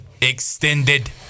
Extended